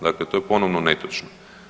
Dakle, to je ponovno netočno.